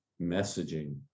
messaging